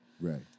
Right